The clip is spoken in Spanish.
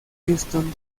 houston